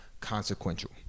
consequential